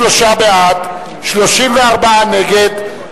63 בעד, 34 נגד.